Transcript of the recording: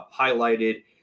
highlighted